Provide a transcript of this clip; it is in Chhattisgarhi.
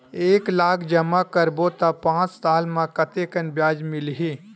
एक लाख जमा करबो त पांच साल म कतेकन ब्याज मिलही?